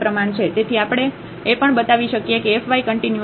તેથી આપણે એ પણ બતાવી શકીએ કે f y કન્ટીન્યુઅસ નથી